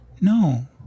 No